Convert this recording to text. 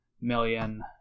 million